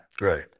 Right